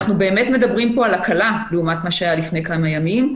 אנחנו באמת מדברים פה על הקלה לעומת מה שהיה לפני כמה ימים,